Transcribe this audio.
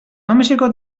mameseko